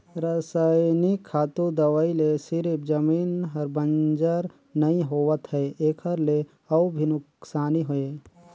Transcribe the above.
रसइनिक खातू, दवई ले सिरिफ जमीन हर बंजर नइ होवत है एखर ले अउ भी नुकसानी हे